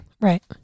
Right